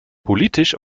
politisch